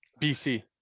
bc